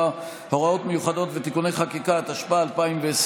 (הוראות מיוחדות ותיקוני חקיקה), התשפ"א 2020,